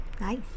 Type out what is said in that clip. Nice